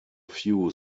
few